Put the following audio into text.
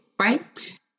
right